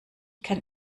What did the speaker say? kann